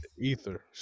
Ether